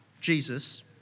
Jesus